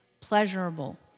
pleasurable